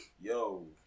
Yo